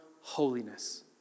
holiness